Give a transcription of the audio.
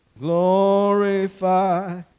Glorify